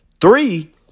Three